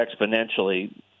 exponentially